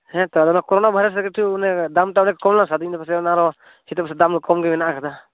ᱦᱮᱸ ᱛᱚ ᱟᱫᱚ ᱚᱱᱟ ᱠᱳᱨᱳᱱᱟ ᱵᱷᱟᱭᱨᱟᱥ ᱨᱮ ᱠᱟᱹᱴᱤᱡ ᱚᱱᱮ ᱫᱟᱢᱴᱟᱜ ᱚᱱᱮᱠ ᱠᱚᱢ ᱞᱮᱱᱟ ᱥᱮ ᱟᱫᱩᱧ ᱢᱮᱱᱫᱟ ᱯᱟᱪᱮᱫ ᱟᱨᱚ ᱱᱤᱛᱚᱜ ᱯᱟᱪᱮ ᱫᱟᱢ ᱫᱚ ᱠᱚᱢ ᱜᱮ ᱢᱮᱱᱟᱜ ᱟᱠᱟᱫᱟ